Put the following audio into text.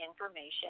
information